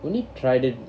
only tried it